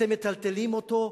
אתם מטלטלים אותו,